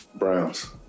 Browns